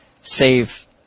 save